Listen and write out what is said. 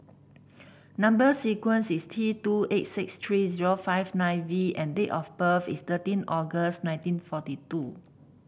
number sequence is T two eight six three zero five nine V and date of birth is thirteen August nineteen forty two